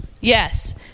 Yes